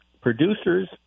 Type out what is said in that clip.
producers